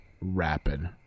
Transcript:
rapid